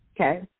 okay